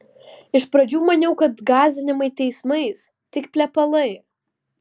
iš pradžių maniau kad gąsdinimai teismais tik plepalai